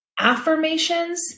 affirmations